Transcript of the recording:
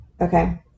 Okay